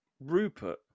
rupert